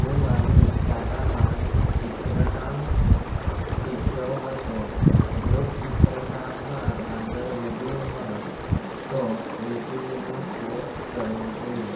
હુ મારી શાળામાં ચિત્રકામ શીખ્યો હતો જો ચિત્રકામમાં આગળ વધવું હોય તો એતીડીનો કોર્સ કરવો જોઈએ